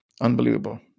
unbelievable